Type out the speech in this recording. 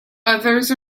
others